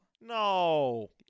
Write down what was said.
no